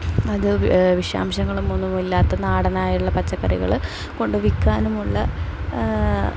അത് വിഷാംശങ്ങളും ഒന്നുമില്ലാത്ത നാടനായുള്ള പച്ചക്കറികൾ കൊണ്ടുവിൽക്കാനുമുള്ള